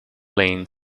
lane